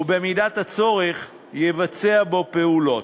ובמידת הצורך יבצע בו פעולות.